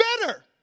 better